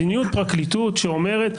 מדיניות פרקליטות שאומרת: